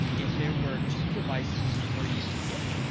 if there were two devices for you to get,